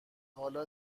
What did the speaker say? حالا